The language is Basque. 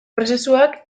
prozesuak